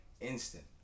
instant